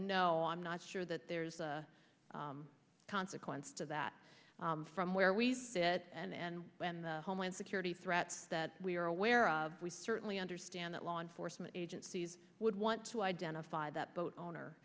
no i'm not sure that there's a consequence to that from where we sit and when the homeland security threat that we are aware of we certainly understand that law enforcement agencies would want to identify that boat owner